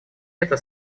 это